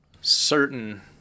certain